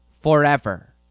forever